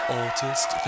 artist